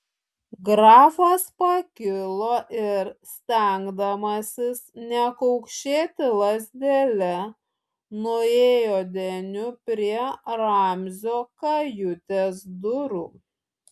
grafas pakilo ir stengdamasis nekaukšėti lazdele nuėjo deniu prie ramzio kajutės durų